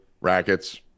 Rackets